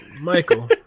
Michael